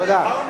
תודה.